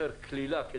יותר קלילה,